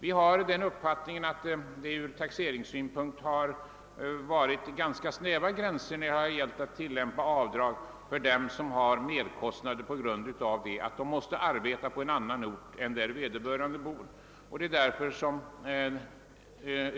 Vi har den uppfattningen att det ur taxeringssynpunkt varit ganska snäva gränser för rätten till avdrag för dem som har merkostnader på grund av att de måste bo på en annan ort än den där de arbetar.